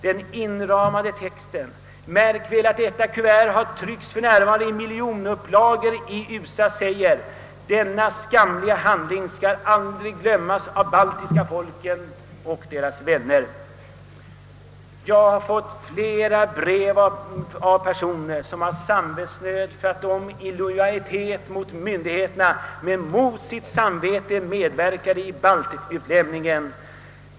Den inramade texten — märk väl att detta kuvert trycks i miljonupplaga i USA — löd: »Denna skamliga handling skall aldrig glömmas av de baltiska folken och deras vänner.» Jag har fått flera brev från personer som råkat i samvetsnöd för att de av lojalitet mot myndigheterna men mot sitt eget samvete medverkade i baltutlämningen.